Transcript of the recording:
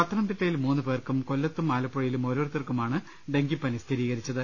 പത്തനംതിട്ടയിൽ മൂന്നുപേർക്കും കൊല്ലത്തും ആലപ്പുഴയിലും ഓരോരുത്തർക്കുമാണ് ഡെങ്കിപ്പനി സ്ഥിരീകരിച്ചത്